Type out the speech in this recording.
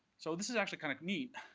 so this is actually kind of neat.